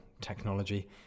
technology